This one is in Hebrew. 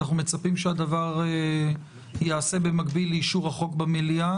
אנחנו מצפים שהדבר ייעשה במקביל לאישור החוק במליאה,